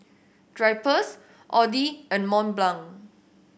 Drypers Audi and Mont Blanc